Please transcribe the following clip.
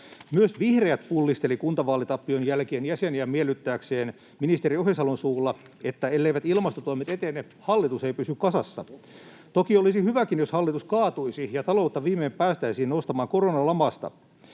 Myös vihreät pullistelivat kuntavaalitappion jälkeen jäseniään miellyttääkseen ministeri Ohisalon suulla, että elleivät ilmastotoimet etene, hallitus ei pysy kasassa. Toki olisi hyväkin, jos hallitus kaatuisi ja taloutta viimein päästäisiin nostamaan koronalamasta.